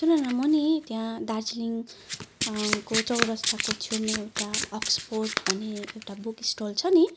सुनन म नि त्याँ दार्जिलिङ को चौरस्ताको छेउमा एउटा अक्सफोर्ड भन्ने एउटा बुक स्टल छ नि